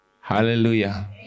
Hallelujah